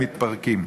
מתפרקים.